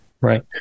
Right